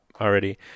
already